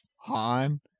Han